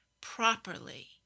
properly